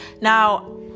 now